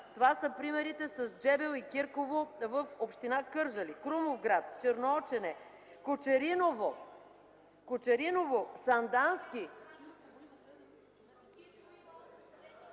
Това са примерите с Джебел и Кирково в община Кърджали, Крумовград, Черноочене, Кочериново, Сандански